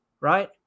right